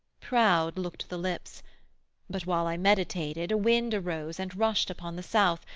proud looked the lips but while i meditated a wind arose and rushed upon the south,